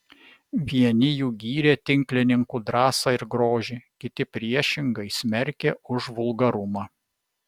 vieni jų gyrė tinklininkių drąsą ir grožį kiti priešingai smerkė už vulgarumą